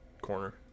Corner